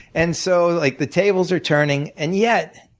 and so like the tables are turning and yet,